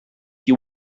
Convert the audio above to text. you